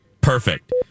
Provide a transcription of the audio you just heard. Perfect